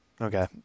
Okay